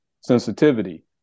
sensitivity